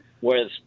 whereas